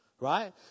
right